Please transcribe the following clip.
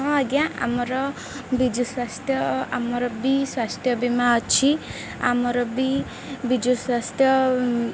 ହଁ ଆଜ୍ଞା ଆମର ବିଜୁ ସ୍ୱାସ୍ଥ୍ୟ ଆମର ବି ସ୍ୱାସ୍ଥ୍ୟ ବୀମା ଅଛି ଆମର ବି ବିଜୁ ସ୍ୱାସ୍ଥ୍ୟ